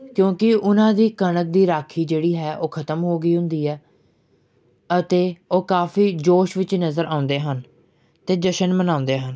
ਕਿਉਂਕਿ ਉਹਨਾਂ ਦੀ ਕਣਕ ਦੀ ਰਾਖੀ ਜਿਹੜੀ ਹੈ ਉਹ ਖਤਮ ਹੋ ਗਈ ਹੁੰਦੀ ਹੈ ਅਤੇ ਉਹ ਕਾਫੀ ਜੋਸ਼ ਵਿੱਚ ਨਜ਼ਰ ਆਉਂਦੇ ਹਨ ਅਤੇ ਜਸ਼ਨ ਮਨਾਉਂਦੇ ਹਨ